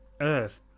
Earth